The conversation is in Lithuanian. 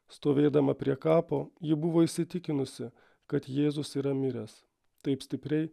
stovėdama prie kapo ji buvo įsitikinusi kad jėzus yra miręs taip stipriai